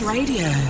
Radio